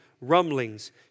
rumblings